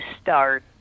start